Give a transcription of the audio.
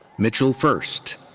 mitchell furst.